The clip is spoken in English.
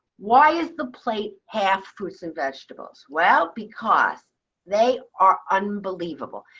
why is the plate half fruits and vegetables? well, because they are unbelievable.